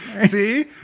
See